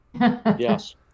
Yes